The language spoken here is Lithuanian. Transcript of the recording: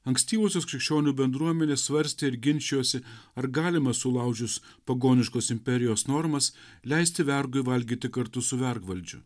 ankstyvosios krikščionių bendruomenės svarstė ir ginčijosi ar galima sulaužius pagoniškos imperijos normas leisti vergui valgyti kartu su vergvaldžiu